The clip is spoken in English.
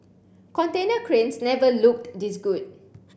container cranes never looked this good